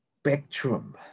spectrum